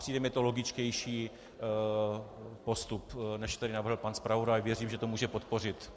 Přijde mi to logičtější postup, než navrhl pan zpravodaj a věřím, že to může podpořit.